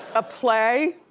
a play,